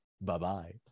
Bye-bye